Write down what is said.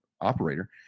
operator